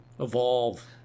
Evolve